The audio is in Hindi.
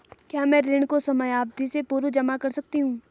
क्या मैं ऋण को समयावधि से पूर्व जमा कर सकती हूँ?